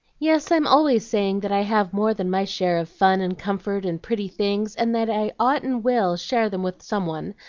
yes, i'm always saying that i have more than my share of fun and comfort and pretty things, and that i ought and will share them with some one.